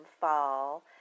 fall